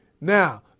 Now